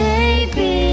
Baby